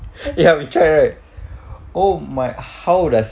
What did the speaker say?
ya we tried right oh my how does